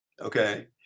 Okay